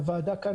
והוועדה כאן,